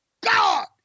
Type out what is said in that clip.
God